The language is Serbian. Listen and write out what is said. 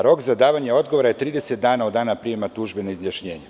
Rok za davanje odgovora je 30 dana, od dana prijema tužbe na izjašnjenje.